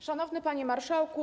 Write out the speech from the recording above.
Szanowny Panie Marszałku!